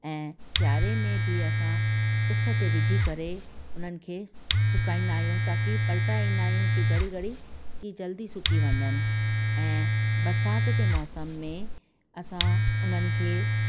ऐं सिआरे में बि असां उस ते विझी करे उन्हनि खे सुकाईंदा आहियूं ताक़ी पलटाए ईंदा आहियूं की घड़ी घड़ी की जल्दी सुकी वञनि ऐं बरिसात जे मौसम में असां उन्हानि खे